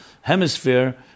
hemisphere